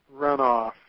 runoff